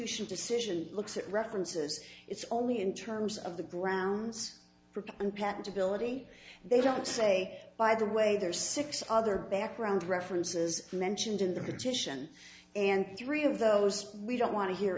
decision looks at references it's only in terms of the grounds for compatibility they don't say by the way there's six other background references mentioned in the petition and three of those we don't want to hear